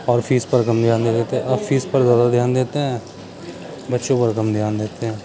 اور فیس پر کم دھیان دے دیتے ہیں اب فیس پر زیادہ دھیان دیتے ہیں بچوں پر کم دھیان دیتے ہیں